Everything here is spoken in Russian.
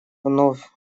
вновь